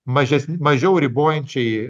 mažesni mažiau ribojančiai